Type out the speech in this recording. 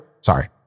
sorry